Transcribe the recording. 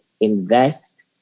invest